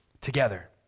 together